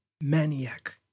maniac